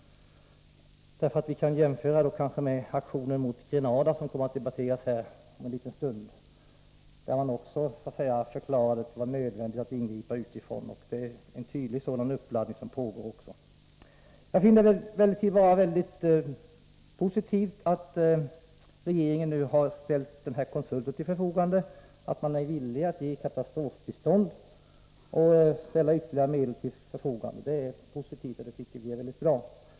Vi kan ju jämföra detta med aktionen mot Grenada, som kommer att debatteras här om en liten stund, där det också förklarades nödvändigt att ingripa utifrån. Det är en tydlig sådan uppladdning som pågår. Jag finner det emellertid vara mycket positivt att regeringen nu har ställt denna konsult till förfogande och att man är villig att ge katastrofbistånd och ställa ytterligare medel till förfogande. Det tycker vi är mycket bra.